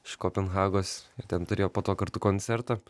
iš kopenhagos ir ten turėjo po to kartu koncertą